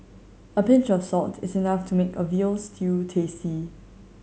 a pinch of salt is enough to make a veal stew tasty